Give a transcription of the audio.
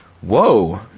Whoa